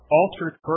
altered